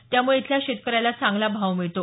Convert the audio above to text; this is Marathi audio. त्यामुळे इथल्या शेतकऱ्याला चांगला भाव मिळतो